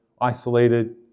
isolated